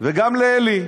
גם לי.